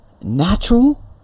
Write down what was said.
natural